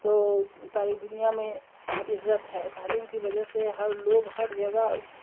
تو ساری دنیا میں عزت ہے تعلیم کی وجہ سے ہر لوگ ہر جگہ کی